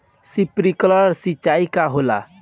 Sprinkler सिंचाई का होला?